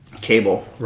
cable